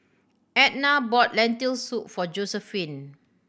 Ednah bought Lentil Soup for Josephine